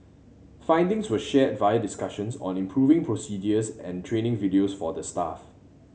findings were shared via discussions on improving procedures and training videos for the staff